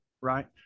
Right